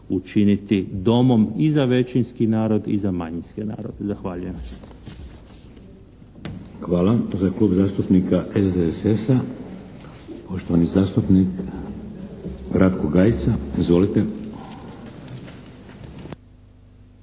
učiniti domom i za većinski narod i za manjinski narod. Zahvaljujem.